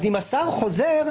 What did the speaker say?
אז אם השר חוזר,